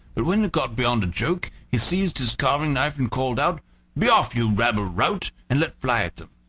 but when it got beyond a joke he seized his carving-knife and called out be off, you rabble rout! and let fly at them.